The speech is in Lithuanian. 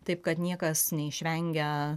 taip kad niekas neišvengia